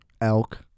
Elk